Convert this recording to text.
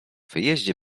wyjeździe